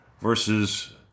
versus